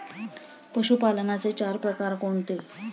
पशुपालनाचे चार प्रकार कोणते?